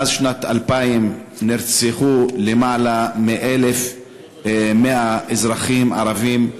מאז שנת 2000 נרצחו למעלה מ-1,100 אזרחים ערבים.